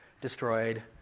destroyed